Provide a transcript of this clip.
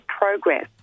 progress